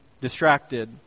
distracted